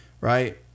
right